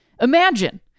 Imagine